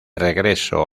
regreso